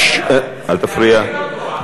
אל תפריע.